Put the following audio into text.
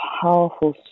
powerful